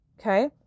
Okay